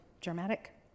dramatic